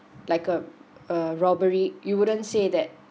like a a robbery you wouldn't say that